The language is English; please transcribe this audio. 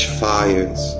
fires